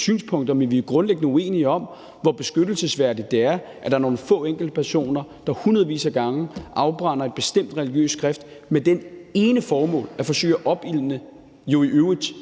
synspunkter, men vi er grundlæggende uenige om, hvor beskyttelsesværdigt det er, at der er nogle få enkeltpersoner, der hundredvis af gange afbrænder et bestemt religiøst skrift med det ene formål at forsøge at opildne jo i øvrigt